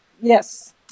Yes